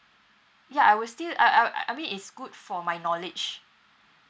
ya I will still uh I I mean is good for my knowledge